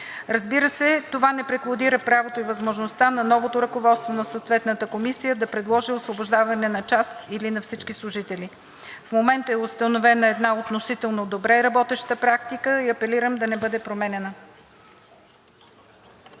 Разбира се, това не преклудира правото и възможността на новото ръководство на съответната комисия да предложи освобождаване на част или на всички служители. В момента е установена една относително добре работеща практика и апелирам да не бъде променяна.